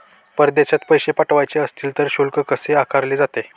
परदेशात पैसे पाठवायचे असतील तर शुल्क कसे आकारले जाते?